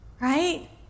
right